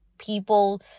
People